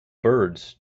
birds